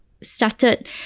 Started